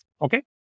Okay